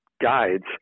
guides